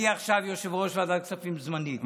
אני עכשיו יושב-ראש ועדת כספים זמנית.